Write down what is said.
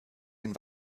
den